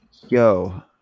Yo